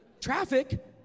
Traffic